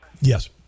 Yes